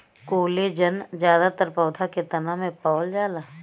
collagen जादातर पौधा के तना में पावल जाला